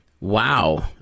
Wow